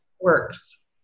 works